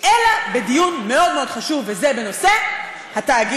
אלא בדיון מאוד מאוד חשוב, בנושא התאגיד.